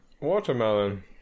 Watermelon